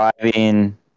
driving